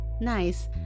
Nice